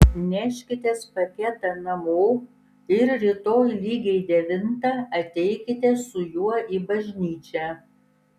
neškitės paketą namo ir rytoj lygiai devintą ateikite su juo į bažnyčią